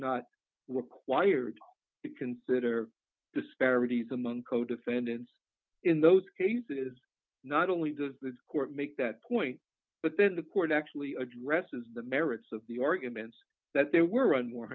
not required to consider disparities among co defendants in those cases not only does the court make that point but then the court actually addresses the merits of the arguments that there weren't more